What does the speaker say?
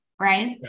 right